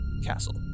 castle